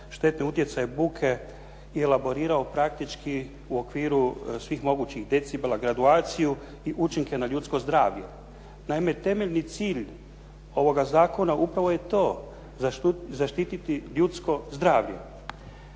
štetu utjecaja buke i elaborirao praktički u okviru svih mogućih decibela graduaciju i učinke na ljudsko zdravlje. Naime, temeljni cilj ovoga zakona upravo je to zaštititi ljudsko zdravlje,